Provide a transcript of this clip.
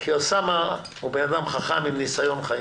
כי אוסאמה הוא בן אדם חכם, עם ניסיון חיים.